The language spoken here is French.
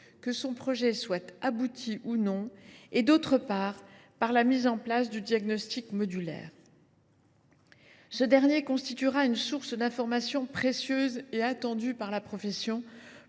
que son projet soit abouti ou non, et, d’autre part, par la mise en place du diagnostic modulaire. Ce dernier constituera une source d’information précieuse et attendue par la profession,